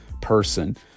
person